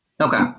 Okay